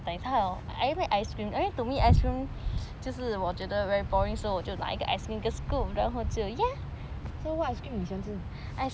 so what ice cream 你喜欢吃